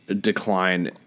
decline